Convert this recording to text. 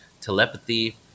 telepathy